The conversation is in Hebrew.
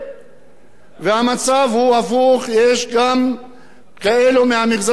יש גם כאלה מהמגזר היהודי שמסתכלים על ערבים כאויב,